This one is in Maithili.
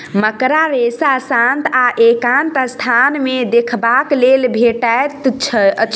मकड़ा रेशा शांत आ एकांत स्थान मे देखबाक लेल भेटैत अछि